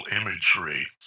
imagery